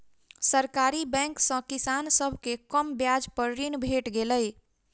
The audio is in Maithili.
सरकारी बैंक सॅ किसान सभ के कम ब्याज पर ऋण भेट गेलै